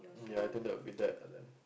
ya I think that will be that ah then